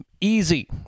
easy